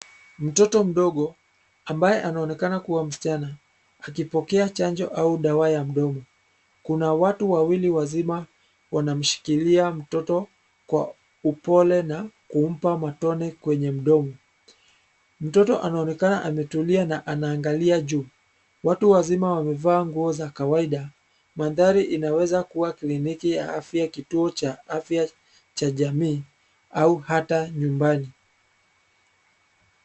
Mtoto mdogo ambaye anaonekana kuwa msichana, akipokea chanjo au dawa ya mdomo. Kuna wawili wazima wanamshikilia mtoto kwa upole na kumpa matone kwenye mdomo. Mtoto anaonekana ametulia na anaangalia juu. Watu wazima wamevaa nguo za kawaida. Mandhari inaweza kuwa kliniki ya afya, kituo cha afya cha jamii au hata nyumbani.